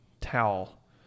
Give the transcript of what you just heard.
Towel